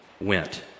went